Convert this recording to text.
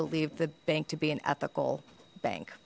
believe that bank to be an ethical bank